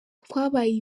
twabaye